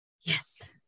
Yes